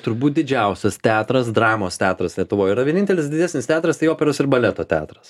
turbūt didžiausias teatras dramos teatras lietuvoj yra vienintelis didesnis teatras tai operos ir baleto teatras